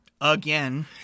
again